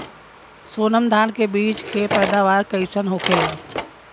सोनम धान के बिज के पैदावार कइसन होखेला?